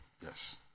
Yes